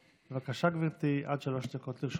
בבקשה, גברתי, עד שלוש דקות לרשותך.